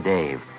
Dave